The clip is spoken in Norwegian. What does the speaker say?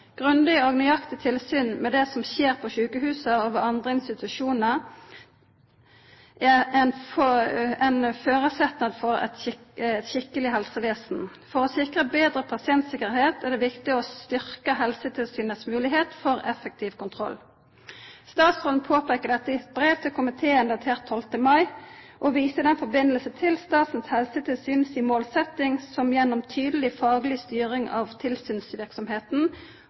Grundig og nøyaktig tilsyn med det som skjer på sjukehusa og ved andre institusjonar, er ein føresetnad for eit skikkeleg helsevesen. For å sikra betre pasientsikkerheit er det viktig å styrkja Helsetilsynets moglegheit til effektiv kontroll. Statsråden påpeikar dette i eit brev til komiteen datert den 12. mai. Ho viser der til Statens helsetilsyn si målsetjing om gjennom tydeleg, fagleg styring av